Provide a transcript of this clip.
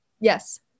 Yes